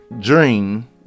dream